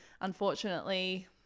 unfortunately